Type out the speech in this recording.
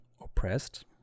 oppressed